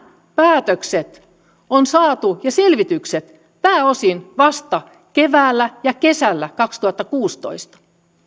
päätökset ja selvitykset on saatu pääosin vasta keväällä ja kesällä kaksituhattakuusitoista